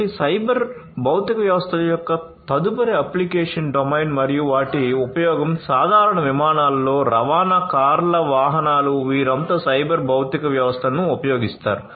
కాబట్టి సైబర్ భౌతిక వ్యవస్థల యొక్క తదుపరి అప్లికేషన్ డొమైన్ మరియు వాటి ఉపయోగం సాధారణ విమానాలలో రవాణా కార్ల వాహనాలు వీరంతా సైబర్ భౌతిక వ్యవస్థలను ఉపయోగిస్తారు